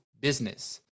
business